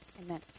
amen